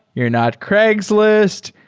you're not craigslist.